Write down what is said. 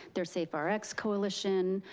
their safe ah rx coalition,